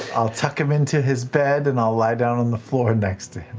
i'll tuck him into his bed and i'll lie down on the floor next to him.